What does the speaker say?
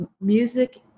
Music